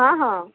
ହଁ ହଁ